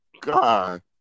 God